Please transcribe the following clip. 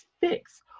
fix